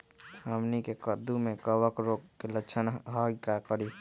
हमनी के कददु में कवक रोग के लक्षण हई का करी?